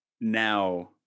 now